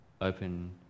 open